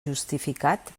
justificat